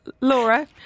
Laura